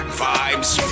vibes